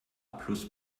plus